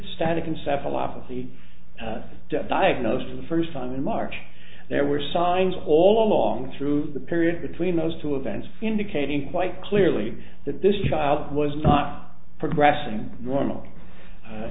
obviously diagnosed for the first time in march there were signs all along through the period between those two events indicating quite clearly that this child was not progressing normal